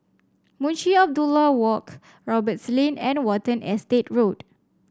Munshi Abdullah Walk Roberts Lane and Watten Estate Road